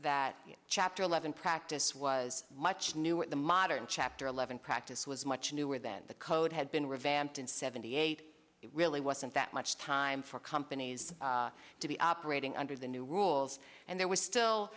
that chapter eleven practice was much new in the modern chapter eleven practice was much newer then the code had been revamped in seventy eight it really wasn't that much time for companies to be operating under the new rules and there was still